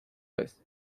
vez